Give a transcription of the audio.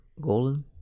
Golden